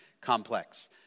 complex